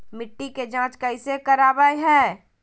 मिट्टी के जांच कैसे करावय है?